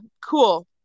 cool